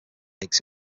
makes